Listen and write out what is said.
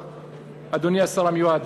אדוני השר המיועד,